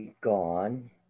gone